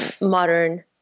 modern